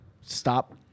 stop